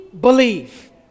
believe